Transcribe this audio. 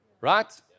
right